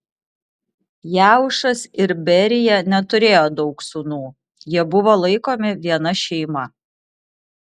jeušas ir berija neturėjo daug sūnų jie buvo laikomi viena šeima